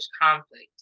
conflict